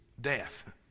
Death